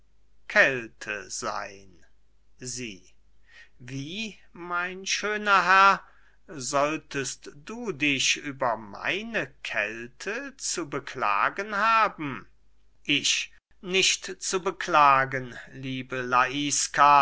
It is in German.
kälte seyn sie wie mein schöner herr solltest du dich über meine kälte zu beklagen haben ich nicht zu beklagen liebe laiska